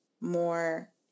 more